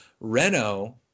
Renault